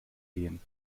gehen